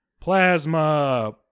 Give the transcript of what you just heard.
plasma